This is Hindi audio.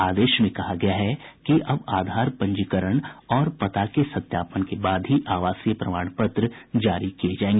आदेश में कहा गया है कि अब आधार पंजीकरण और पता के सत्यापन के बाद ही आवासीय प्रमाण पत्र जारी किये जायें